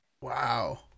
Wow